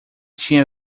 tinha